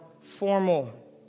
formal